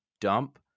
dump